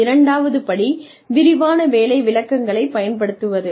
இரண்டாவது படி விரிவான வேலை விளக்கங்களைப் பயன்படுத்துவது